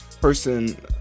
person